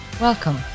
Welcome